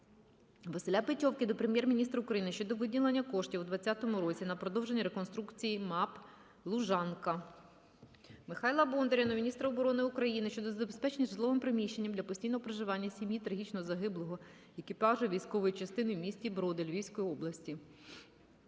Василя Петьовки до Прем'єр-міністра України щодо виділення коштів у 20-му році на продовження реконструкції МАПП "Лужанка". Михайла Бондаря до міністра оборони України щодо забезпечення житловим приміщенням для постійного проживання сім'ї трагічно загиблого екіпажу військової частини у місті Броди Львівської області.